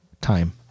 time